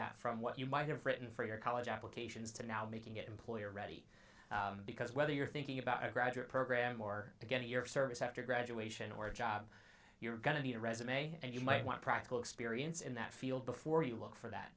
that from what you might have written for your college applications to now making it employer ready because whether you're thinking about a graduate program or to get a year of service after graduation or a job you're going to be a resume and you might want practical experience in that field before you look for that